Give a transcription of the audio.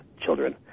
children